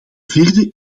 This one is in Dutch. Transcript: vierde